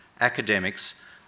academics